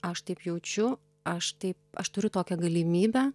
aš taip jaučiu aš taip aš turiu tokią galimybę